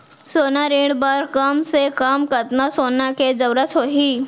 सोना ऋण बर कम से कम कतना सोना के जरूरत होही??